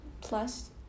plus